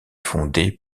fondée